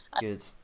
good